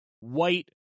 White